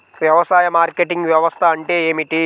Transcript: వ్యవసాయ మార్కెటింగ్ వ్యవస్థ అంటే ఏమిటి?